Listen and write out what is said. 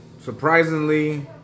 surprisingly